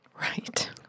Right